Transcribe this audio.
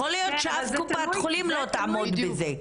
יכול להיות שקופת החולים לא תעמוד בזה.